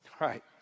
Right